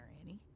Annie